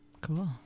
cool